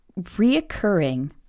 reoccurring